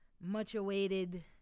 much-awaited